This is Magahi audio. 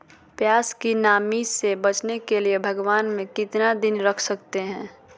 प्यास की नामी से बचने के लिए भगवान में कितना दिन रख सकते हैं?